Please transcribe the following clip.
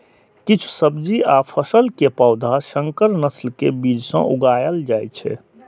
किछु सब्जी आ फसल के पौधा संकर नस्ल के बीज सं उगाएल जाइ छै